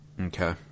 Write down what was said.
okay